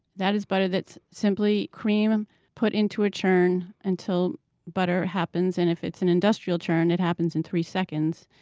that is butter that's simply cream put into a churn until butter happens, and if it's an industrial churn it happens in three seconds.